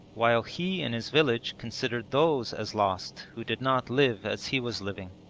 while he in his village considered those as lost who did not live as he was living.